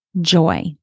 joy